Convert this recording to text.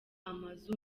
amazu